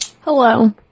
hello